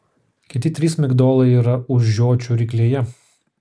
kiti trys migdolai yra už žiočių ryklėje